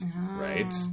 right